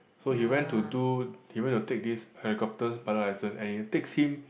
so he went to do he went to take this helicopter pilot licence and it takes him